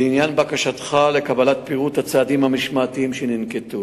3. לעניין בקשתך לקבלת פירוט הצעדים המשמעתיים שננקטו,